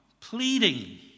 pleading